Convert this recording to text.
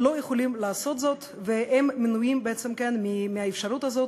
לא יכולים לעשות זאת והם מנועים מהאפשרות הזאת.